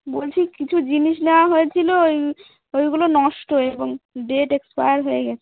বলছি কিছু জিনিস নেওয়া হয়েছিল ওই ওইগুলো নষ্ট এবং ডেট এক্সপায়ার হয়ে গেছে